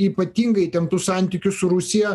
ypatingai įtemptų santykių su rusija